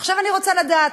עכשיו אני רוצה לדעת,